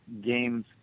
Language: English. games